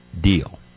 deal